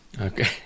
Okay